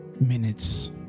Minutes